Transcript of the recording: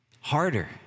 Harder